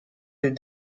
des